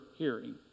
hearing